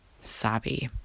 sabi